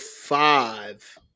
five